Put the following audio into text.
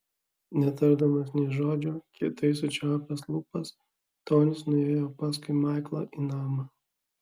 netardamas nė žodžio kietai sučiaupęs lūpas tonis nuėjo paskui maiklą į namą